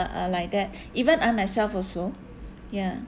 are like that even I myself also ya